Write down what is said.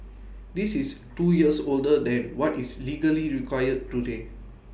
this is two years older than what is legally required today